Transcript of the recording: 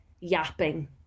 yapping